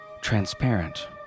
transparent